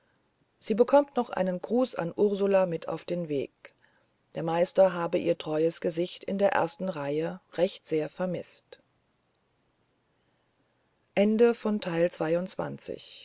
sie bekommt noch einen gruß an ursula mit auf den weg der meister habe ihr treues gesicht in der ersten reihe recht sehr vermißt